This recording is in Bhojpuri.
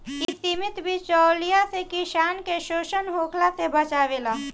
इ समिति बिचौलियों से किसान के शोषण होखला से बचावेले